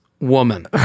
woman